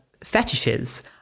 fetishes